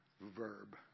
verb